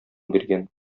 биргән